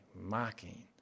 mocking